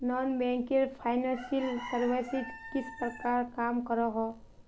Non banking financial services किस प्रकार काम करोहो?